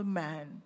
man